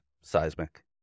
Seismic